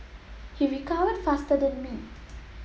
he recovered faster than me